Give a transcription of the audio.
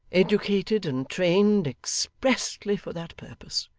educated, and trained, expressly for that purpose.